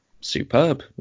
superb